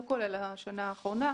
לא כולל השנה האחרונה,